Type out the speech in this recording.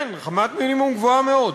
כן, רמת מינימום גבוהה מאוד.